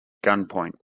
gunpoint